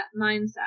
mindset